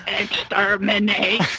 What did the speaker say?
Exterminate